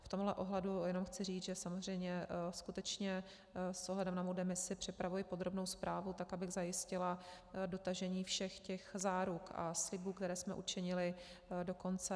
V tomhle ohledu chci jenom říct, že samozřejmě skutečně s ohledem na svou demisi připravuji podrobnou zprávu, tak abych zajistila dotažení všech těch záruk a slibů, které jsme učinili, do konce.